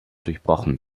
durchbrochen